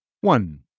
One